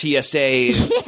TSA